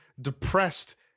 depressed